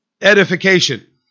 Edification